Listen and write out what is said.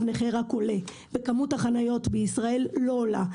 נכה רק עולה וכמות החניות בישראל לא עולה.